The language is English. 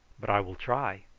but i will try.